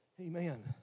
Amen